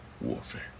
warfare